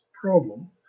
problem